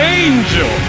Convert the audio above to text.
angel